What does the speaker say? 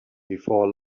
before